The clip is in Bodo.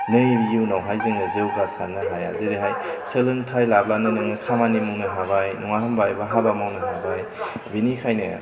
नै इयुनावहाय जोङो जौगासारनो हाया जेरैहाय सोलोंथाइ लाब्लानो नोङो खामानि मावनो हाबाय नङा होमबा एबा हाबा मावनो हाबाय बेनिखाइनो